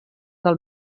del